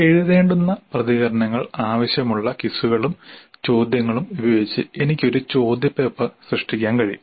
എഴുതേണ്ടുന്ന പ്രതികരണങ്ങൾ ആവശ്യമുള്ള ക്വിസുകളും ചോദ്യങ്ങളും ഉപയോഗിച്ച് എനിക്ക് ഒരു ചോദ്യപേപ്പർ സൃഷ്ടിക്കാൻ കഴിയും